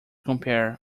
compare